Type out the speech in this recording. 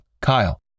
Kyle